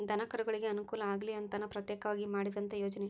ದನಕರುಗಳಿಗೆ ಅನುಕೂಲ ಆಗಲಿ ಅಂತನ ಪ್ರತ್ಯೇಕವಾಗಿ ಮಾಡಿದಂತ ಯೋಜನೆ